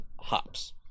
hops